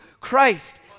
Christ